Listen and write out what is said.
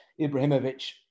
Ibrahimovic